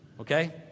okay